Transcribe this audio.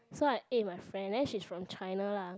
so I ate with my friend then she's from China lah